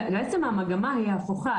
בעצם המגמה היא הפוכה,